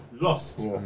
lost